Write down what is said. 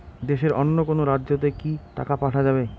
দেশের অন্য কোনো রাজ্য তে কি টাকা পাঠা যাবে?